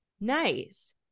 Nice